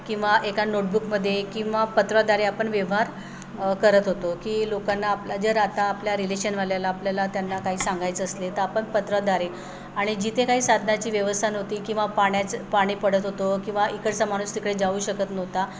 किंवा एका नोटबुकमध्ये किंवा पत्राद्वारे आपण व्यवहार करत होतो की लोकांना आपला जर आता आपल्या रिलेशनवाल्याला आपल्याला त्यांना काही सांगायचं असले तर आपण पत्राद्वारे आणि जिथे काही साधनाची व्यवस्था नव्हती किंवा पाण्याचं पाणी पडत होतो किंवा इकडचा माणूस तिकडे जाऊ शकत नव्हता